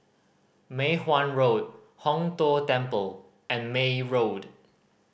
Mei Hwan Road Hong Tho Temple and May Road